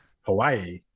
Hawaii